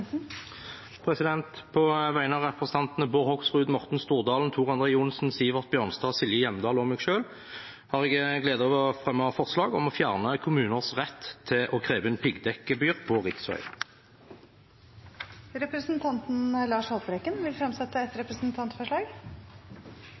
representantforslag. På vegne av representantene Bård Hoksrud, Morten Stordalen, Tor André Johnsen, Sivert Bjørnstad, Silje Hjemdal og meg selv har jeg gleden av å fremme et forslag om å fjerne kommuners rett til å kreve inn piggdekkgebyr på riksvei. Representanten Lars Haltbrekken vil fremsette et